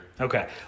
Okay